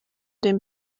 den